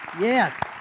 Yes